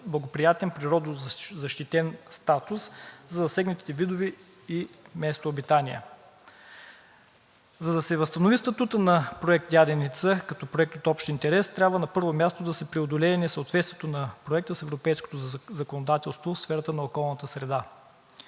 благоприятен природозащитен статус за засегнатите видове и местообитания. За да се възстанови статутът на Проект „Яденица“ като проект от общ интерес, трябва на първо място да се преодолее несъответствието на Проекта с европейското законодателство в сферата на околната среда.